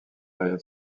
période